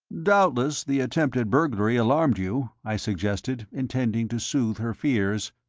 doubtless the attempted burglary alarmed you? i suggested, intending to sooth her fears.